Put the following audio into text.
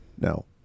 no